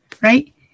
¿right